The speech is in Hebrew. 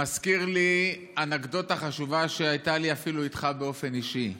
מזכיר לי אנקדוטה חשובה שהייתה לי אפילו איתך באופן אישי,